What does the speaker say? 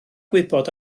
gwybod